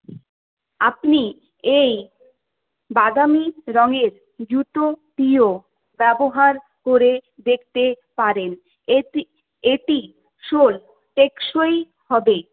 আপনি এই বাদামি রঙের জুতোটিও ব্যবহার করে দেখতে পারেন এটি এটি শোল টেকসই হবে